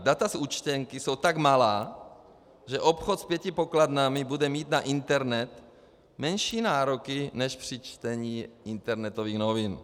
Data z účtenky jsou tak malá, že obchod s pěti pokladnami bude mít na internet menší nároky než při čtení internetových novin.